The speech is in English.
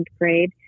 grade